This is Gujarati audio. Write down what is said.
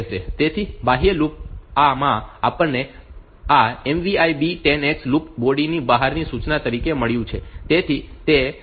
તેથી બાહ્ય લૂપ માં આપણને આ MVI B 10 હેક્સ લૂપ બોડીની બહારની સૂચના તરીકે મળ્યું છે